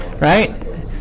Right